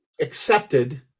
accepted